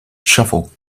shuffle